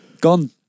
Gone